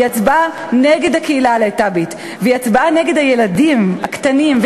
היא הצבעה נגד הקהילה הלהט"בית והיא הצבעה נגד הילדים הקטנים,